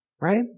right